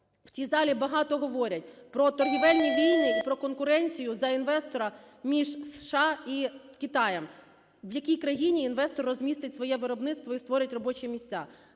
В цій залі багато говорять про торгівельні війни і про конкуренцію за інвестора між США і Китаєм, в якій країні інвестор розмістить своє виробництво і створить робочі місця.